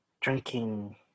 drinking